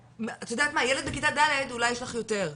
את יודעת מה, ילד בכיתה ד', אולי יש לך יותר,